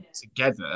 together